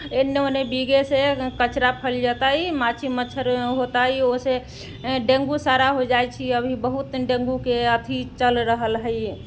एने ओने बीगैसँ कचड़ा फैल जेतै माछी मच्छर होतै ओ से डेंगू सारा हो जाइ छै अभी बहुत डेंगूके अथी चलि रहल हय